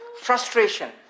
Frustration